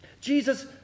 Jesus